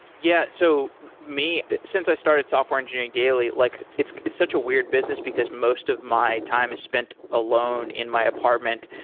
yeah. so since i started software engineering daily, like it's it's such a weird business, because most of my time is spent alone in my apartment.